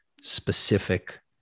specific